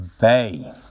Bay